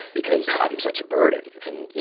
because i'm such a burden. and,